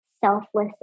selfless